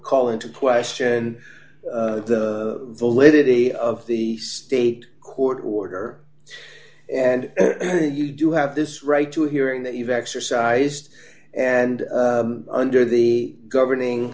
call into question the validity of the state court order d and you do have this right to a hearing that you've exercised and under the governing